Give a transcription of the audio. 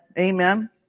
Amen